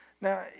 Now